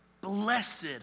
Blessed